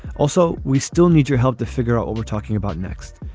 also, we still need your help to figure out what we're talking about next.